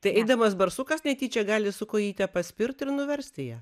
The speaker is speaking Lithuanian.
tai eidamas barsukas netyčia gali su kojyte paspirt ir nuversti ją